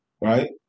Right